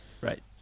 Right